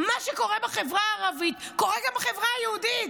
מה שקורה בחברה הערבית קורה גם בחברה היהודית.